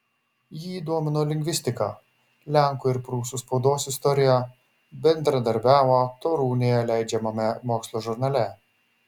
jį domino lingvistika lenkų ir prūsų spaudos istorija bendradarbiavo torūnėje leidžiamame mokslo žurnale